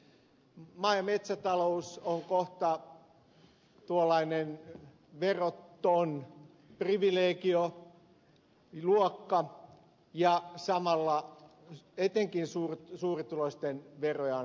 maa ja metsätalous on kohta tuollainen veroton privilegio luokka ja samalla etenkin suurituloisten veroja on helpotettu